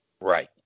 Right